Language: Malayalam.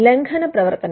ലംഘന പ്രവർത്തനങ്ങൾ